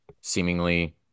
seemingly